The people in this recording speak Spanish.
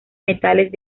metales